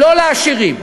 לא לעשירים,